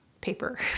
paper